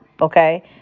okay